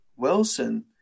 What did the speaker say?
Wilson